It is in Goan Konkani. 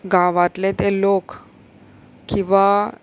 गांवांतले ते लोक किंवां